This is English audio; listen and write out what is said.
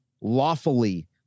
lawfully